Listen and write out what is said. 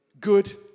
good